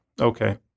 Okay